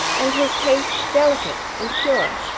and his taste delicate and pure.